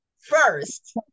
first